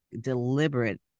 deliberate